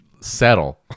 settle